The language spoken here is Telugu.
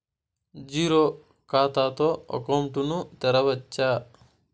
జీరో ఖాతా తో అకౌంట్ ను తెరవచ్చా?